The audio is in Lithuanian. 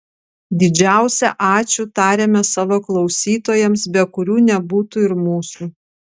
didžiausią ačiū tariame savo klausytojams be kurių nebūtų ir mūsų